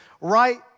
right